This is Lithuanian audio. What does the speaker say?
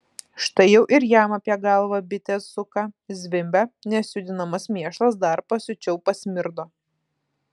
štai jau ir jam apie galvą bitė suka zvimbia nes judinamas mėšlas dar pasiučiau pasmirdo